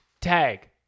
Tag